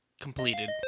completed